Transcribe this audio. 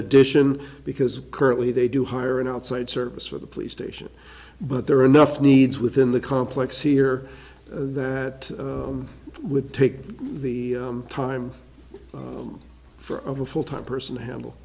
addition because currently they do hire an outside service for the police station but there are enough needs within the complex here that would take the time for over full time person to handle